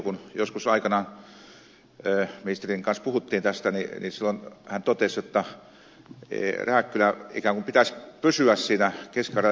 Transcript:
kun joskus aikanaan ministerin kanssa puhuimme tästä niin silloin hän totesi jotta rääkkylän ikään kuin pitäisi pysyä siinä keski karjalan yhteistoiminta alueessa